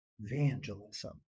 evangelism